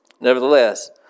Nevertheless